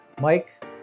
mike